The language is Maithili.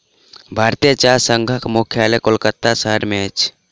भारतीय चाह संघक मुख्यालय कोलकाता शहर में अछि